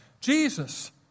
Jesus